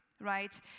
right